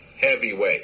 heavyweight